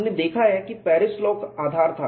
हमने देखा है कि पेरिस लाॅ आधार था